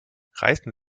reißen